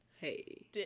hey